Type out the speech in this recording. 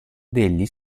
degli